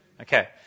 Okay